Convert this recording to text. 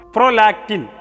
Prolactin